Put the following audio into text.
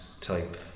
type